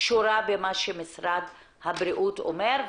קשורה במה שמשרד הבריאות אומר,